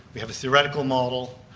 we have a theoretical model,